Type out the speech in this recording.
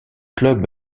club